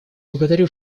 благодарю